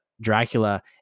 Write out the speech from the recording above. dracula